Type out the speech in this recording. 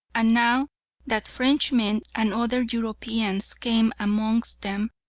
and now that frenchmen and other europeans came amongst them,